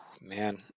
man